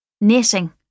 Knitting